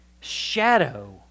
shadow